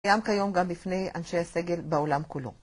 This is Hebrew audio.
גם כיום גם בפני אנשי סגל בעולם כולו.